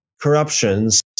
corruptions